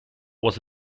was